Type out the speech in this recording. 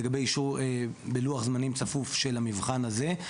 לגבי אישור בלוח זמנים צפוף של המבחן הזה,